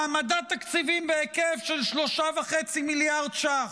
העמדת תקציבים בהיקף של 3.5 מיליארד ש"ח,